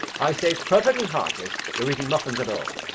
i say it's perfectly heartless your eating muffins at all,